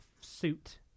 suit